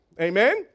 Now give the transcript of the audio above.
amen